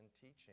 teaching